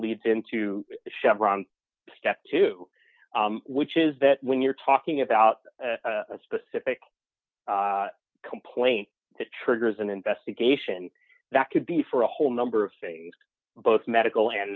leads into chevron step two which is that when you're talking about a specific complaint that triggers an investigation that could be for a whole number of things both medical and